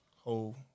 whole